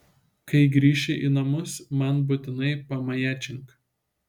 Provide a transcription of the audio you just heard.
kai grįši į namus man būtinai pamajačink